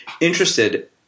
interested